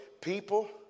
people